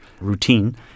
routine